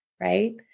Right